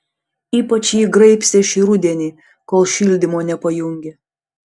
ypač jį graibstė šį rudenį kol šildymo nepajungė